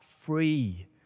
free